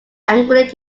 angrily